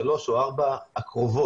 שלוש או ארבע הקרובות?